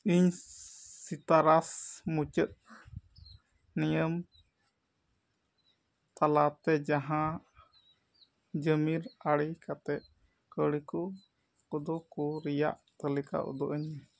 ᱤᱧ ᱥᱤᱛᱟᱨᱟᱥ ᱢᱩᱪᱟᱹᱫ ᱱᱤᱭᱚᱢ ᱛᱟᱞᱟᱛᱮ ᱡᱟᱦᱟᱸ ᱡᱚᱢᱤᱨ ᱟᱬᱮ ᱠᱟᱛᱮᱫ ᱠᱟᱹᱣᱰᱤ ᱠᱚ ᱠᱚᱫᱚ ᱠᱚ ᱨᱮᱭᱟᱜ ᱛᱟᱹᱞᱤᱠᱟ ᱩᱫᱩᱜ ᱟᱹᱧᱢᱮ